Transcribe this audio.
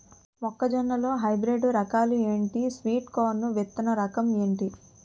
మొక్క జొన్న లో హైబ్రిడ్ రకాలు ఎంటి? స్వీట్ కార్న్ విత్తన రకం ఏంటి?